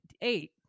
eight